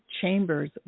chambers